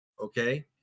Okay